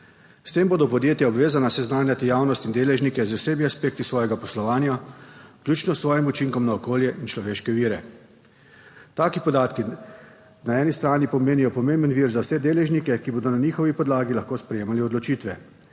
S tem bodo podjetja obvezana seznanjati javnost in deležnike z vsemi aspekti svojega poslovanja, vključno s svojim učinkom na okolje in človeške vire. Taki podatki na eni strani pomenijo pomemben vir za vse deležnike, ki bodo na njihovi podlagi lahko sprejemali odločitve,